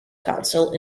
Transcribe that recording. council